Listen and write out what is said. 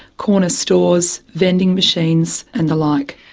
corner stores, vending machines and the like.